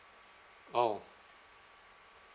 oh